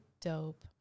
dope